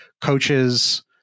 coaches